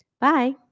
Bye